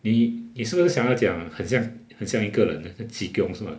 你你是想要讲很像很像一个人 leh chee kiong 是 mah